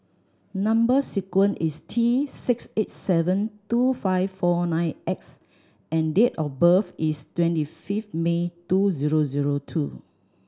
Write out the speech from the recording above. number sequence is T six eight seven two five four nine X and date of birth is twenty fifth May two zero zero two